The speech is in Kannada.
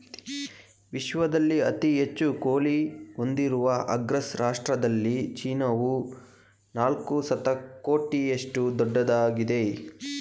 ವಿಶ್ವದಲ್ಲಿ ಅತಿ ಹೆಚ್ಚು ಕೋಳಿ ಹೊಂದಿರುವ ಅಗ್ರ ರಾಷ್ಟ್ರದಲ್ಲಿ ಚೀನಾವು ನಾಲ್ಕು ಶತಕೋಟಿಯಷ್ಟು ದೊಡ್ಡದಾಗಿದೆ